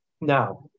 Now